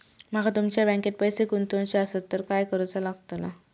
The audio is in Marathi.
माका तुमच्या बँकेत पैसे गुंतवूचे आसत तर काय कारुचा लगतला?